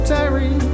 Terry